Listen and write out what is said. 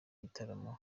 gitaramo